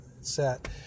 set